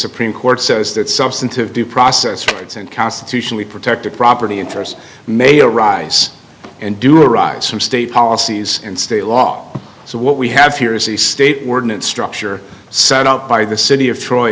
supreme court says that substantive due process rights and constitutionally protected property interests may arise and do arise from state policies and state law so what we have here is the state ordinance structure set up by the city of troy